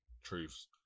truths